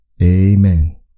Amen